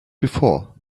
before